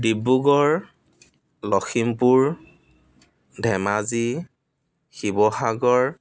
Dibrugarh Lakhimpur Dhemaji Sivasagar